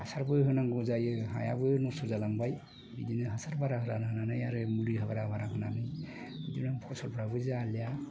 हासारबो होनांगौ जायो हायाबो नस्थ' जालांबाय बिदिनो हासार बारा बारा होनानै आरो मुलि बारा बारा होनानै बिदिनो फसलफोराबो जालिया